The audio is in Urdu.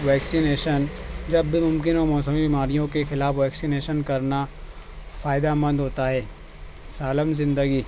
ویکسینیشن جب بھی ممکن ہو موسمی بیماریوں کے خلاف ویکسینیشن کرنا فائدہ مند ہوتا ہے سالم زندگی